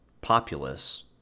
populace